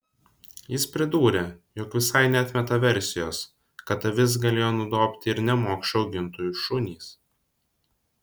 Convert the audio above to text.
jis pridūrė jog visai neatmeta versijos kad avis galėjo nudobti ir nemokšų augintojų šunys